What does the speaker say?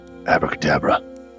Abracadabra